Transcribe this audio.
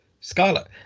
Scarlet